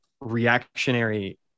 reactionary